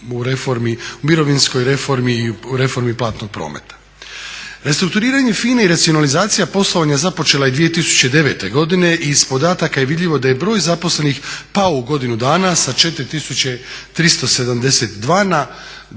u mirovinskoj reformi i reformi platnog prometa. Restrukturiranje FINA-e i racionalizacija poslovanja započela je 2009. godine i iz podataka je vidljivo da je broj zaposlenih pao u godinu dana sa 4372 na